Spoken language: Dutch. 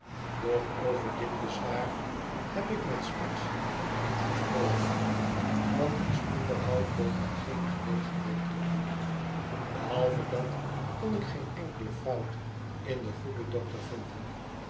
doch over dit bezwaar heb ik met specks niet gesproken want ons onderhoud bood daar geen gelegenheid toe aan behalve dat kon ik geen enkele fout in den goeden dokter vinden